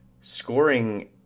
scoring